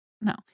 no